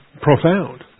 profound